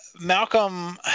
Malcolm